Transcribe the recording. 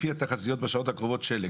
לפי התחזיות בשעות הקרובות שלג.